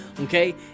okay